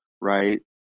right